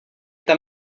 tam